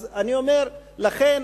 לכן,